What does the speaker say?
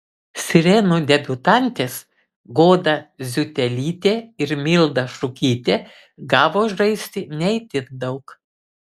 sirenų debiutantės goda ziutelytė ir milda šukytė gavo žaisti ne itin daug